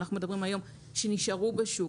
אנחנו מדברים היום על היישומונים שנשארו בשוק,